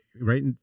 right